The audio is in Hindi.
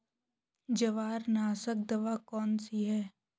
जवार नाशक दवा कौन सी है?